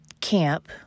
camp